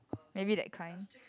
maybe that kind